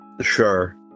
Sure